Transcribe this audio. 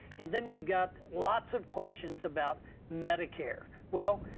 and then we got lots of questions about medicare. well,